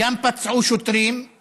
וגם פצעו שוטרים,